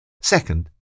Second